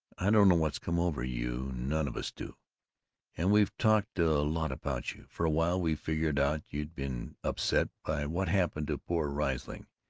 i don't know what's come over you none of us do and we've talked a lot about you. for a while we figured out you'd been upset by what happened to poor riesling,